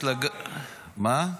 מה?